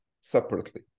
separately